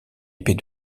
épée